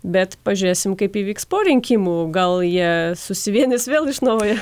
bet pažiūrėsim kaip įvyks po rinkimų gal jie susivienys vėl iš naujo